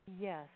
Yes